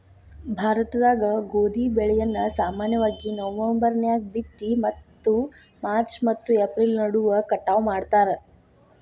ಭಾರತದಾಗ ಗೋಧಿ ಬೆಳೆಯನ್ನ ಸಾಮಾನ್ಯವಾಗಿ ನವೆಂಬರ್ ನ್ಯಾಗ ಬಿತ್ತಿ ಮತ್ತು ಮಾರ್ಚ್ ಮತ್ತು ಏಪ್ರಿಲ್ ನಡುವ ಕಟಾವ ಮಾಡ್ತಾರ